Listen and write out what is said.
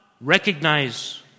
Recognize